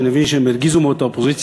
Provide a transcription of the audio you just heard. שאני מבין שהן הרגיזו מאוד את האופוזיציה.